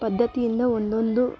ಪದ್ಧತಿಯಿಂದ ಒಂದೊಂದು